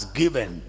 given